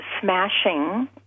smashing